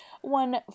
One